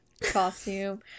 costume